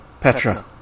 Petra